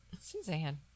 Suzanne